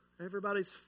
everybody's